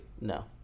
No